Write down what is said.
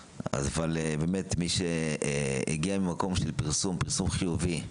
באמת מי שהגיע ממקום של פרסום, פרסום חיובי,